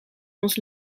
ons